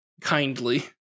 kindly